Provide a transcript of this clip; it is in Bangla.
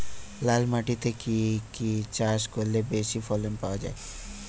লাল মাটিতে কি কি চাষ করলে বেশি ফলন পাওয়া যায়?